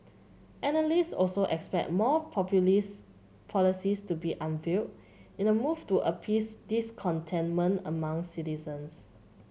analyst also expect more populist policies to be unveiled in a move to appease discontentment among citizens